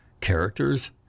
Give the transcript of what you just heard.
characters